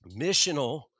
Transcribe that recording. Missional